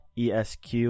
Esq